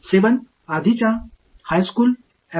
இது வரிசை 2 N 1